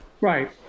Right